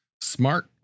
Smart